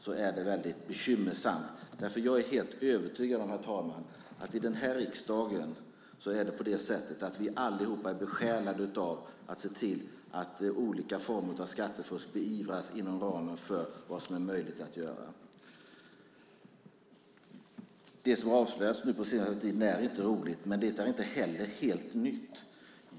Jag är nämligen helt övertygad om, herr talman, att vi i riksdagen alla är besjälade av att se till att olika former av skattefusk beivras inom ramen för vad som är möjligt att göra. Det som har avslöjats på senare tid är inte roligt, men det är inte heller helt nytt.